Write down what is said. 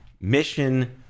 mission